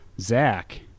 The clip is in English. Zach